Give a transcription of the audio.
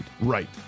Right